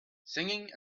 singing